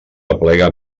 aplega